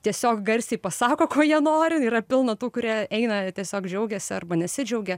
tiesiog garsiai pasako ko jie nori yra pilna tų kurie eina jie tiesiog džiaugiasi arba nesidžiaugia